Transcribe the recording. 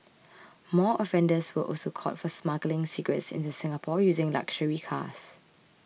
more offenders were also caught for smuggling cigarettes into Singapore using luxury cars